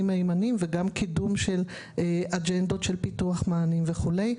מהימנים וגם קידום של אג'נדות ושל פיתוח מענים וכולי.